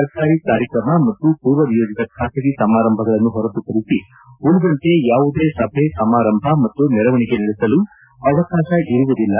ಸರ್ಕಾರಿ ಕಾರ್ಯಕ್ರಮ ಮತ್ತು ಪೂರ್ವ ನಿಯೋಜಿತ ಖಾಸಗಿ ಸಮಾರಂಭಗಳನ್ನು ಹೊರತುಪಡಿಸಿ ಉಳಿದಂತೆ ಯಾವುದೇ ಸಭೆ ಸಮಾರಂಭ ಮತ್ತು ಮೆರವಣಿಗೆ ನಡೆಸಲು ಅವಕಾಶ ಇರುವುದಿಲ್ಲ